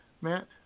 Matt